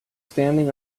standing